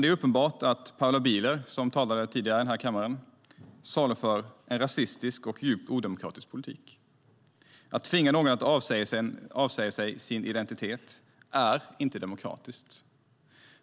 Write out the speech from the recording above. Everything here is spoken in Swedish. Det är uppenbart att Paula Bieler, som talade tidigare här i kammaren, saluför en rasistisk och djupt odemokratisk politik. Att tvinga någon att avsäga sig sin identitet är inte demokratiskt.